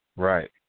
Right